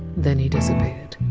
then he disappeared